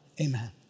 Amen